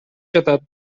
жатат